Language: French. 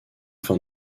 fin